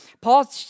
Paul